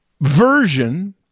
version